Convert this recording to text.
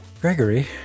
Gregory